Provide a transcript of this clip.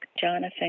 Jonathan